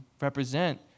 represent